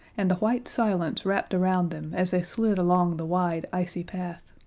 and the white silence wrapped around them as they slid along the wide, icy path.